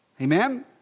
Amen